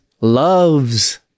loves